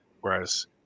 Whereas